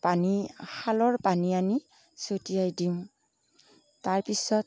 পানী খালৰ পানী আনি ছটিয়াই দিওঁ তাৰ পিছত